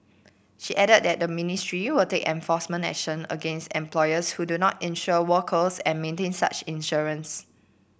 she added that the ministry will take enforcement action against employers who do not insure workers and maintain such insurance